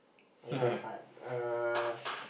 yea but err